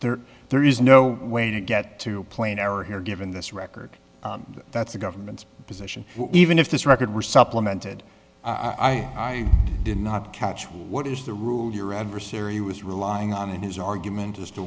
there there is no way to get to play in error here given this record that's the government's position even if this record were supplemented i i i did not catch what is the rule your adversary was relying on in his argument as to